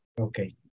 Okay